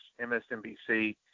MSNBC